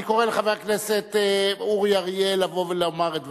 אני קורא לחבר הכנסת אורי אריאל לבוא ולומר את דבריו,